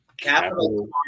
Capital